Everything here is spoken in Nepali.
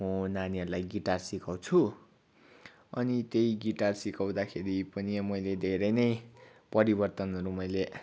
म नानीहरूलाई गिटार सिकाउँछु अनि त्यही गिटार सिकाउँदाखेरि पनि मैले धेरै नै परिवर्तनहरू मैले